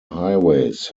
highways